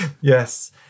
yes